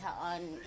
on